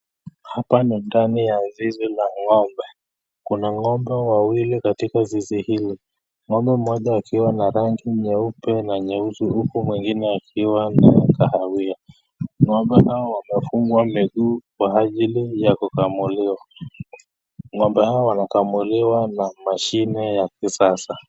Hapa ni ndani ya zizi la ng'ombe. Kuna ng'ombe wawili katika zizi hili ng'ombe mmoja akiwa ana rangi nyeupe na nyeusi huku mwingine akiwa na kahawia.Ng'ombe hawa wamefungwa kwa ajili ya kukamuliwa, ng'ombe hawa wanakamuliwa na mashine ya kisasa.